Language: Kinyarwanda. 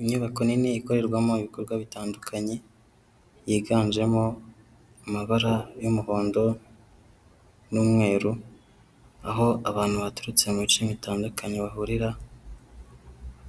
Inyubako nini ikorerwamo ibikorwa bitandukanye yiganjemo amabara y'umuhondo n'umweru. Aho abantu baturutse mu bice bitandukanye bahurira